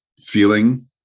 ceiling